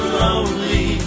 lonely